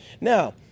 Now